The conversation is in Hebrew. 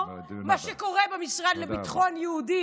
להבין משהו אחד.